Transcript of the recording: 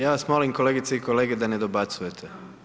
Ja vas molim kolegice i kolege da ne dobacujete.